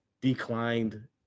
declined